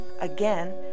Again